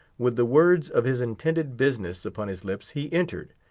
with the words of his intended business upon his lips, he entered.